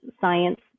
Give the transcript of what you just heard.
science